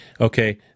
Okay